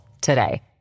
today